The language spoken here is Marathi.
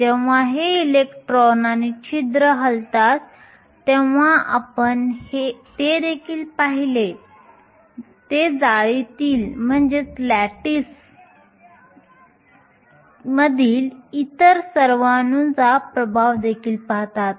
जेव्हा हे इलेक्ट्रॉन आणि छिद्र हलतात तेव्हा आपण ते देखील पाहिले ते जाळीतील लाटिस इतर सर्व अणूंचा प्रभाव देखील पाहतात